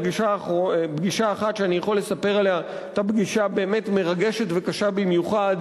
פגישה אחת שאני יכול לספר עליה היתה פגישה באמת מרגשת וקשה במיוחד,